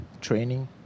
Training